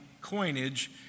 coinage